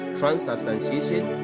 transubstantiation